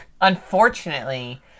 unfortunately